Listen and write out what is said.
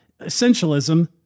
essentialism